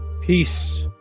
Peace